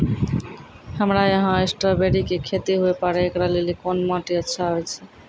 हमरा यहाँ स्ट्राबेरी के खेती हुए पारे, इकरा लेली कोन माटी अच्छा होय छै?